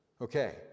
Okay